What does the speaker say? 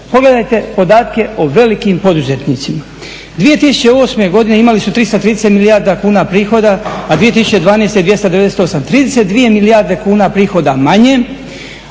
Pogledajte podatke o velikim poduzetnicima. 2008.godine imali su 330 milijardi kuna prihoda, a 2012. 298, 32 milijarde kuna prihoda manje